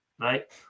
right